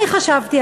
אני חשבתי,